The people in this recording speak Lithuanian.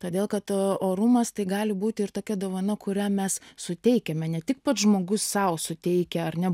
todėl kad orumas tai gali būti ir tokia dovana kurią mes suteikiame ne tik pats žmogus sau suteikia ar ne